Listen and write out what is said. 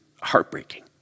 heartbreaking